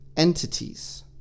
Entities